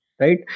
right